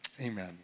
Amen